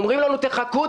אומרים לנו: "תחכו,